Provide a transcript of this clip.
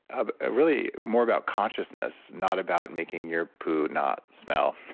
ah ah really more about consciousness, not about making your poo not smell.